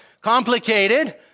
complicated